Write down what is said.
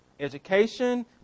Education